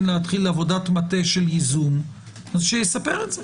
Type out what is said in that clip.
להתחיל עבודת מטה של ייזום - שיספר את זה.